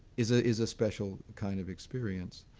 is ah is a special kind of experience.